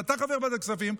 ואתה חבר ועדת כספים,